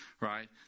right